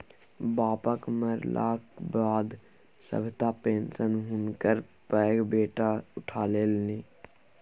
बापक मरलाक बाद सभटा पेशंन हुनकर पैघ बेटा उठा लेलनि